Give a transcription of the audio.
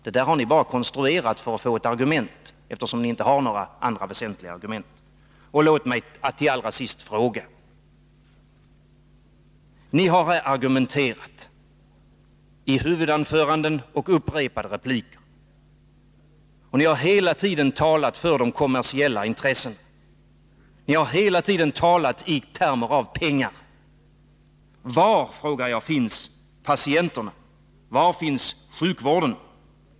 Det har ni bara konstruerat för att få ett argument, eftersom ni inte har några andra väsentliga argument. Låt mig till sist fråga: Ni har här argumenterat i huvudanföranden och i upprepade repliker, och ni har hela tiden talat för de kommersiella intressena. Ni har hela tiden talat i termer av pengar. Var, frågar jag, finns patienterna? Var finns sjukvården?